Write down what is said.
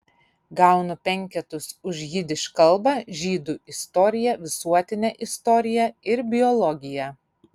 gaunu penketus už jidiš kalbą žydų istoriją visuotinę istoriją ir biologiją